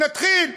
נתחיל.